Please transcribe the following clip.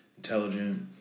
Intelligent